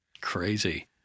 Crazy